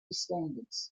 standards